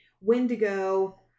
Wendigo